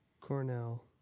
Cornell